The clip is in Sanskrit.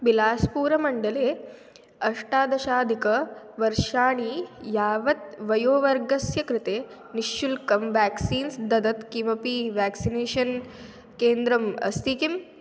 बिलास्पूरमण्डले अष्टादशाधिकवर्षाणि यावत् वयोवर्गस्य कृते निःशुल्कं व्याक्सीन्स् ददत् किमपि व्याक्सिनेषन् केन्द्रम् अस्ति किम्